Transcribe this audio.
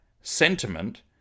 sentiment